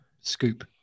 scoop